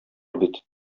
бит